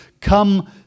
come